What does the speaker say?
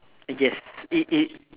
yes it it